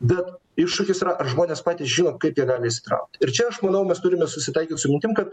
bet iššūkis yra ar žmonės patys žino kaip jie gali įsitraukti ir čia aš manau mes turime susitaikyt su mintim kad